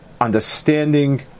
understanding